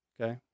Okay